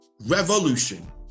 revolution